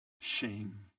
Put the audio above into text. shame